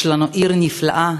יש לנו עיר נפלאה.